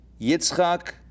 Yitzchak